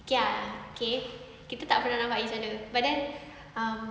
okay ah okay kita tak pernah nampak each other but then um